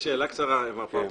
שאלה קצרה, מר פרטוש.